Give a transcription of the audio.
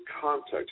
context